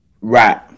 Right